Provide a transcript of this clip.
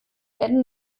werden